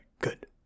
good